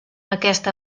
aquesta